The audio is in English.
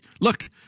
look